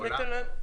תודה.